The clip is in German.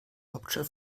hauptstadt